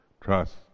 trust